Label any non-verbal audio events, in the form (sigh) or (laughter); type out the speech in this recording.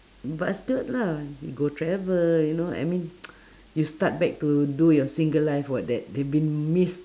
busted lah you go travel you know I mean (noise) you start back to do your single life what that they been miss